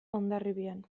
hondarribian